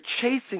chasing